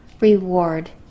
reward